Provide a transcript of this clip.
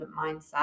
mindset